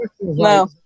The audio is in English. no